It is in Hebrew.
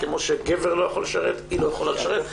כמו שגבר לא יכול לשרת, היא לא יכולה לשרת.